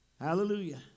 Hallelujah